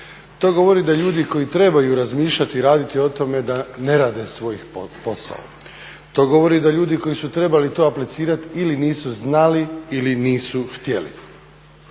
To govori da ljudi koji trebaju razmišljati i raditi o tome, da ne rade svoj posao. To govori da ljudi koji su trebali to aplicirati ili nisu znali ili nisu htjeli.